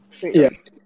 Yes